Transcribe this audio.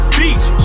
beach